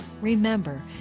Remember